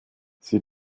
sie